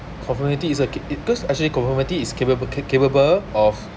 conformity is a ca~ it cause actually conformity is capable capa~ capable of